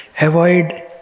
avoid